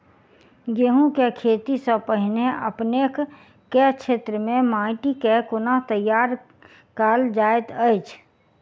गेंहूँ केँ खेती सँ पहिने अपनेक केँ क्षेत्र मे माटि केँ कोना तैयार काल जाइत अछि?